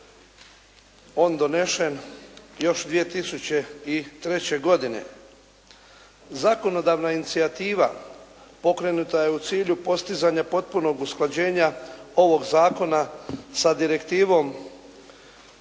on donesen još 2003. godine. Zakonodavna inicijativa pokrenuta je u cilju postizanja potpunog usklađenja ovog zakona sa direktivom